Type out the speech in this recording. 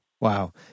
Wow